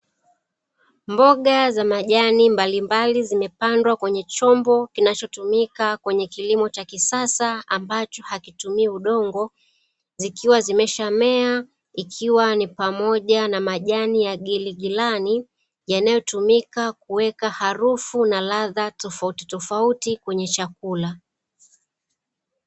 Mboga za majani mbalimbali zimepandwa kwenye chombo, kinachotumika kwenye kilimo cha kisasa, ambacho hakitumii udongo. Zikiwa zimeshamea, ikiwa ni pamoja na majani ya giligilani yanayotumika kuweka harufu na ladha tofauti tofauti kwenye chakula.